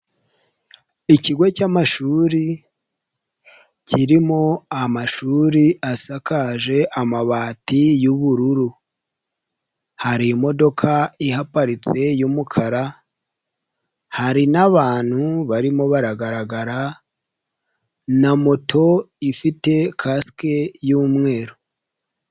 Ikigo cy'amashuri kirimo amashuri asakaje amabati y'ubururu, hari imodoka iparitse y'umukara hari n'abantu barimo baragaragara na moto ifite kasike y'umweru.